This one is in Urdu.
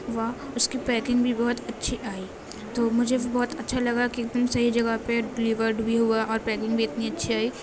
ہوا اس کی پیکنگ بھی بہت اچھی آئی تو مجھے بھی بہت اچھا لگا کہ ایک دم صحیح جگہ پہ ڈیلیورڈ بھی ہوا اور پیکنگ بھی اتنی اچھی آئی